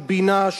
של בינה,